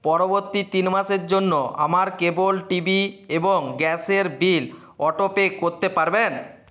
পরবর্তী তিন মাসের জন্য আমার কেবল টিভি এবং গ্যাসের বিল অটোপে করতে পারবেন